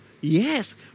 Yes